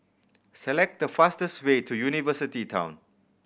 select the fastest way to University Town